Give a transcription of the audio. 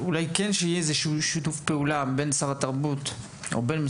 אולי כן שיהיה שיתוף פעולה בין משרד התרבות והספורט